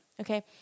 okay